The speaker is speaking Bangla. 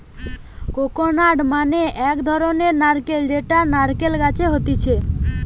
কোকোনাট মানে একটো ধরণের নারকেল যেটা নারকেল গাছে হতিছে